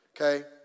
okay